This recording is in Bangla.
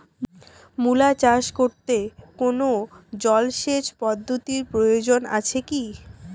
মূলা চাষ করতে কোনো জলসেচ পদ্ধতির প্রয়োজন আছে কী?